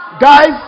Guys